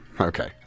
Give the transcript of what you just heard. Okay